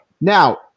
Now